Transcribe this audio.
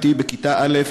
בתי בכיתה א',